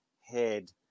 head